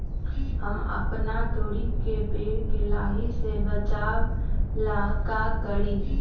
हम अपना तोरी के पेड़ के लाही से बचाव ला का करी?